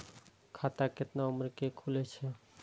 खाता केतना उम्र के खुले छै?